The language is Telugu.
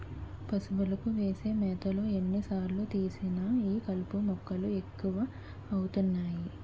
పశువులకు వేసే మేతలో ఎన్ని సార్లు తీసినా ఈ కలుపు మొక్కలు ఎక్కువ అవుతున్నాయి